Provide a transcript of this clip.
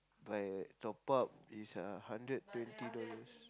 by top up is uh hundred twenty dollars